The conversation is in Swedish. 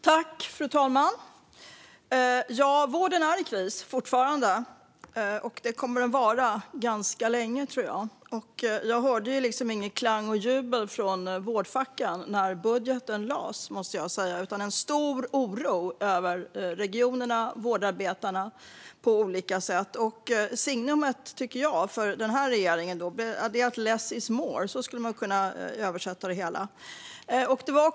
Fru talman! Vården är fortfarande i kris. Det kommer den att vara ganska länge, tror jag. När budgeten lades fram hörde jag inte något klang och jubel från vårdfacken utan en stor oro från regionerna och vårdarbetarna på olika sätt. Signumet för den här regeringen tycker jag är: less is more. Så skulle man kunna översätta det.